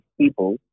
people